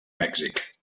mèxic